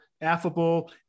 affable